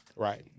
Right